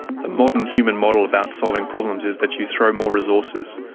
the modern human model about solving problems is that you throw more resources,